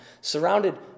surrounded